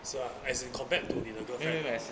so as in compared to 你的 girlfriend